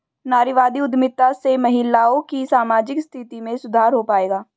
नारीवादी उद्यमिता से महिलाओं की सामाजिक स्थिति में सुधार हो पाएगा?